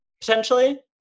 potentially